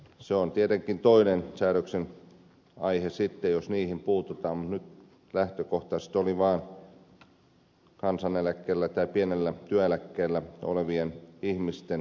se on tietenkin toinen säädöksen aihe sitten jos niihin puututaan mutta nyt lähtökohtana oli vain kansaneläkkeellä tai pienellä työeläkkeellä olevien ihmisten toimeentulon parantaminen